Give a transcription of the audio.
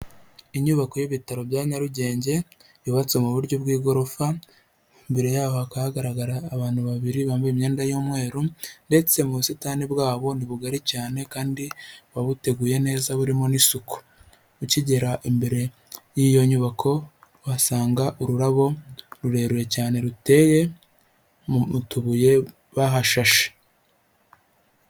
inyubako y'ibitaro bya nyarugenge, yubatswe mu buryo bw'igorofa mbere yaho hakaba hagaragara abantu babiri bambaye imyenda y'umweru, ndetse mu busitani bwabo n'ibugari cyane kandi buba buteguye neza burimo n'isuku, ukigera imbere y'iyo nyubako uhasanga ururabo rurerure cyane ruteye mu mu tubuye bahashashe.